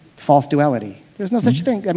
false duality. there's no such thing.